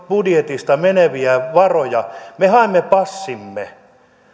budjetista meneviä varoja me haemme passimme